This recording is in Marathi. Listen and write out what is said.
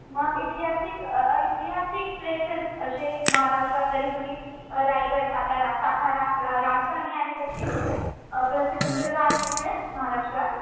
मग ऐतिहासिक ऐतिहासिक प्लेसेस असे महाराष्ट्रात तरी तुम्ही रायगड सातारा सातारा रा राजधानी आहे तशी आपलं सिंधुदुर्ग आहे ते महाराष्ट्रात